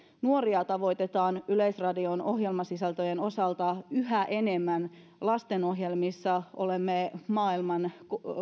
nuoria tavoitetaan yleisradion ohjelmasisältöjen osalta yhä enemmän lastenohjelmissa olemme maailman